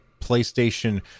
PlayStation